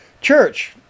church